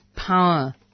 Power